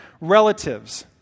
relatives